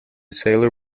sailor